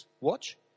watch